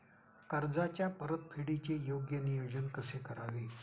कर्जाच्या परतफेडीचे योग्य नियोजन कसे करावे?